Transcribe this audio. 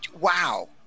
wow